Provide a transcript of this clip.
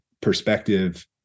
perspective